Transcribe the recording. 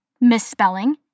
misspelling